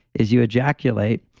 is you ejaculate,